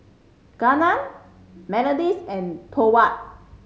Gunnar Melodies and Thorwald